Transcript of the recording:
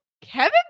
kevin